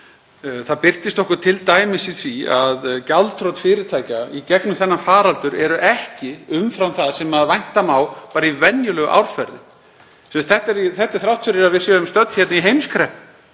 Það birtist okkur t.d. í því að gjaldþrot fyrirtækja í gegnum þennan faraldur eru ekki umfram það sem vænta má bara í venjulegu árferði. Þetta er þrátt fyrir að við séum stödd í heimskreppu.